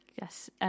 Yes